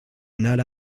anar